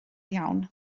iawn